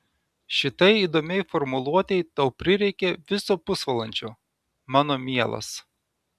šitai įdomiai formuluotei tau prireikė viso pusvalandžio mano mielas